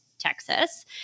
Texas